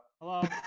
Hello